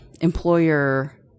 employer